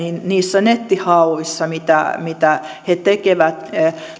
niissä nettihauissa mitä mitä he tekevät